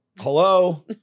hello